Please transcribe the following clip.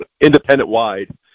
independent-wide